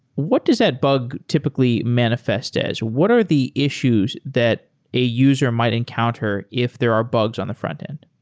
what does that bug typically manifest as? what are the issues that a user might encounter if there are bugs on the frontend?